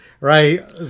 right